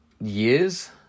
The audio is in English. years